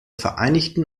vereinigten